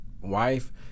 wife